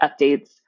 updates